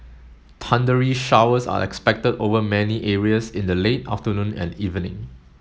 thundery showers are expected over many areas in the late afternoon and evening